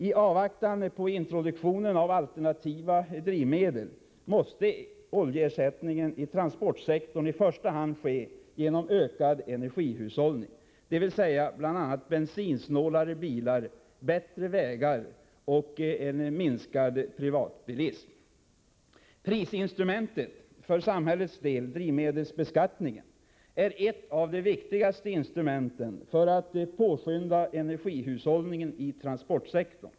I avvaktan på introduktionen av alternativa drivmedel måste oljeersättningen i transportsektorn i första hand ske genom ökad energihushållning, dvs. bl.a. bensinsnålare bilar, bättre vägar och en minskad privatbilism. Prisinstrumentet, för samhällets del drivmedelsbeskattningen, är ett av de viktigaste instrumenten för att påskynda energihushållningen i transportsektorn.